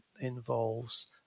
involves